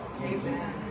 Amen